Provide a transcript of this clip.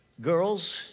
girls